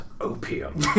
opium